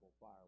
fire